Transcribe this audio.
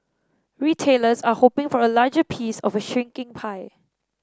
retailers are hoping for a larger piece of a shrinking pie